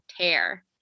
tear